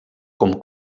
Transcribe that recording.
com